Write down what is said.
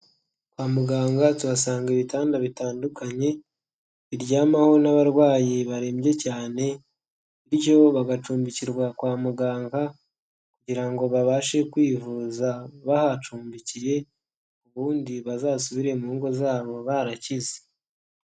Kwa muganga tuhasanga ibitanda bitandukanye. Biryamaho n'abarwayi barembye cyane, bityo bagacumbikirwa kwa muganga, kugira ngo babashe kwivuza bahacumbikiye, ubundi bazasubire mu ngo zabo barakize.